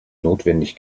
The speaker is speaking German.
notwendig